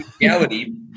reality